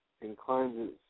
inclines